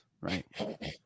right